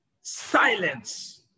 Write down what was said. Silence